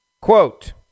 quote